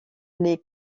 les